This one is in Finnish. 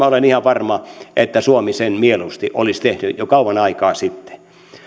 olen ihan varma että suomi sen mieluusti olisi tehnyt jo kauan aikaa sitten